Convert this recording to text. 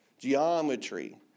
geometry